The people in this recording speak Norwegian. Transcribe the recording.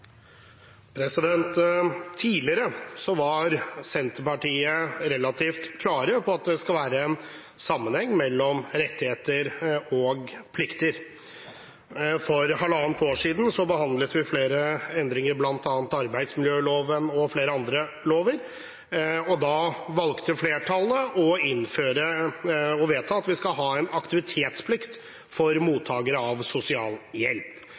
Tidligere var Senterpartiet relativt klare på at det skal være en sammenheng mellom rettigheter og plikter. For halvannet år siden behandlet vi flere endringer, bl.a. i arbeidsmiljøloven og i flere andre lover. Da valgte flertallet å vedta å innføre en aktivitetsplikt for mottakere av sosialhjelp, og Senterpartiet var en del av